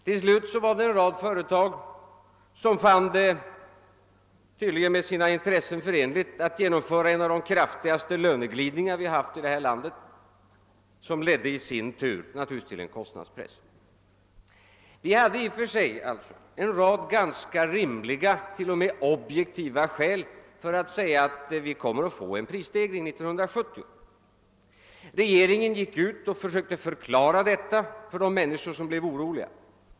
Vidare var det en rad företag som tydligen fann det med sina intressen förenligt att genomföra en av de kraftigaste löneglidningar vi haft i detta land, som i sin tur naturligtvis ledde till en kostnadspress. Vi hade alltså i och för sig en rad ganska rimliga — t.o.m. objektiva — skäl för att säga att det kommer att bli en prisstegring under 1970. Regeringen gick ut och försökte förklara detta för de människor som blev oroliga.